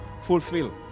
fulfill